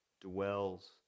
dwells